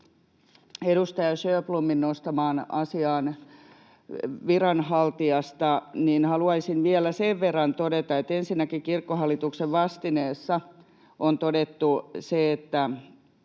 edustaja Sjöblomin nostamaan asiaan viranhaltijasta haluaisin vielä sen verran todeta, että ensinnäkin Kirkkohallituksen vastineessa on todettu: